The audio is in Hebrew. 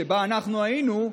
שבה אנחנו היינו,